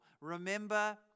Remember